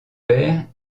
père